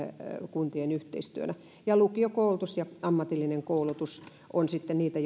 kuntien yhteistyönä lukiokoulutus ja ammatillinen koulutus ovat sitten niitä